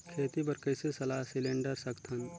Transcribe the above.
खेती बर कइसे सलाह सिलेंडर सकथन?